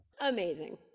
Amazing